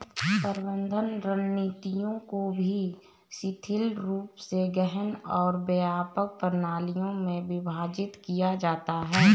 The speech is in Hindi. प्रबंधन रणनीतियों को भी शिथिल रूप से गहन और व्यापक प्रणालियों में विभाजित किया जाता है